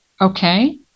Okay